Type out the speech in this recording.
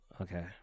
Okay